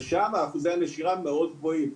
ושם אחוזי הנשירה מאוד גבוהים.